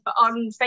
on